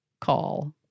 call